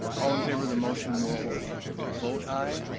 all in favor of the motion will will vote aye.